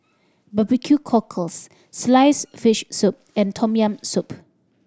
barbecue cockles sliced fish soup and Tom Yam Soup